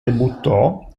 debuttò